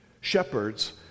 shepherds